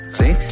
see